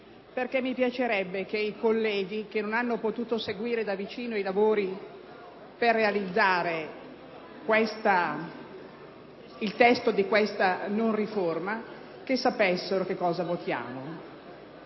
Mi piacerebbe che i colleghi che non hanno potuto seguire da vicino i lavori per realizzare il testo di questa non riforma sapessero cosa votiamo.